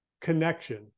connection